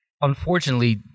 unfortunately